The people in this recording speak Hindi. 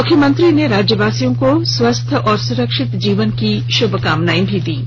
मुख्यमंत्री ने राज्यवासियों को स्वस्थ और सुरक्षित जीवन के लिए शुभकामनाएं दी है